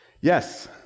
Yes